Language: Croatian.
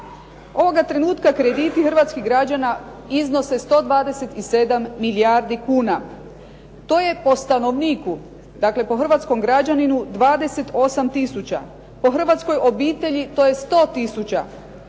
Ovoga trenutka krediti hrvatskih građana iznose 127 milijardi kuna. To je po stanovniku, dakle po hrvatskom građaninu 28 tisuća. Po hrvatskoj obitelji, to je 100 tisuća.